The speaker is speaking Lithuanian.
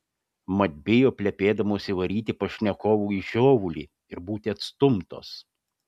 mat bijo plepėdamos įvaryti pašnekovui žiovulį ir būti atstumtos